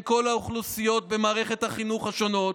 כל האוכלוסיות במערכות החינוך השונות